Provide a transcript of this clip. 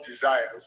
desires